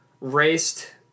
Raced